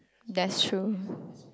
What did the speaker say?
that's true